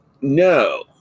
No